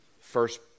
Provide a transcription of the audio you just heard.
first